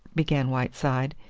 began whiteside.